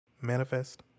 manifest